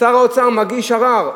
ושר האוצר מגיש ערר.